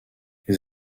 les